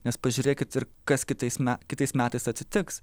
nes pažiūrėkit ir kas kitais me kitais metais atsitiks